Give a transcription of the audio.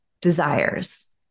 desires